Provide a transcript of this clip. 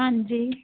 ਹਾਂਜੀ